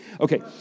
Okay